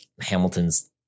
Hamilton's